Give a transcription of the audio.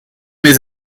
mes